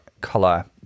color